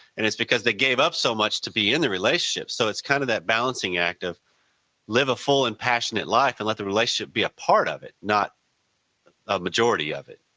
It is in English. and it's because they gave up so much to be in the relationship so, it's kind of that balancing act. live a full and passionate life and let the relationship be a part of it, not a majority of it